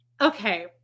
Okay